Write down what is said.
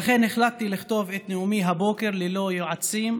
לכן החלטתי לכתוב את נאומי הבוקר ללא יועצים,